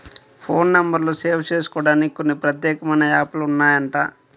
phone నెంబర్లు save జేసుకోడానికి కొన్ని ప్రత్యేకమైన యాప్ లు ఉన్నాయంట